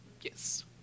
Yes